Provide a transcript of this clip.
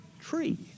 tree